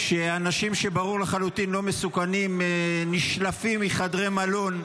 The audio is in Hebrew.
כשאנשים שברור לחלוטין לא מסוכנים נשלפים מחדרי מלון,